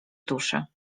duszy